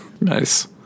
Nice